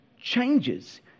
changes